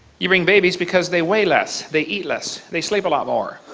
you bring babies because they weigh less, they eat less, they sleep a lot more,